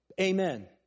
Amen